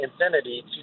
Infinity